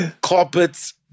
carpets